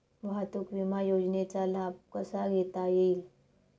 वाहतूक विमा योजनेचा लाभ कसा घेता येईल?